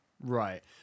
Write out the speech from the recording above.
right